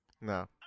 No